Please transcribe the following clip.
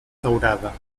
daurada